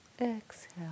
exhale